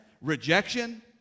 rejection